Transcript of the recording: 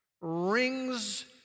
rings